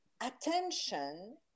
attention